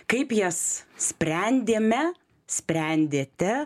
kaip jas sprendėme sprendėte